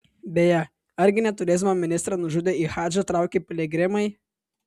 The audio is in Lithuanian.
beje argi ne turizmo ministrą nužudė į hadžą traukę piligrimai